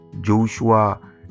Joshua